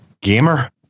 Gamer